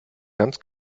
ganz